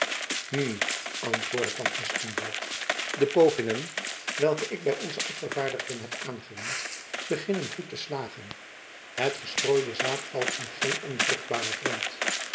hm antwoordde van espenblad de pogingen welke ik by onze afgevaardigden heb aangewend beginnen goed te slagen het gestrooide zaad valt in geen on vruchtbaren grond